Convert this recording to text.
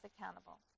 accountable